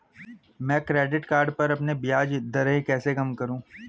मैं credit card पर अपनी ब्याज दरें कैसे कम करूँ?